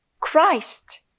Christ